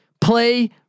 Play